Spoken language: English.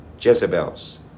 Jezebels